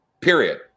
period